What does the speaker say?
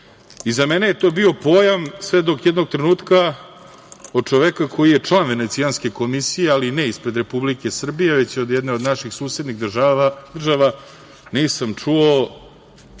Za mene je to bio pojam sve do jednog trenutka od čoveka koji je član Venecijanske komisije, ali ne ispred Republike Srbije već od jedne od naših susednih država, nisam čuo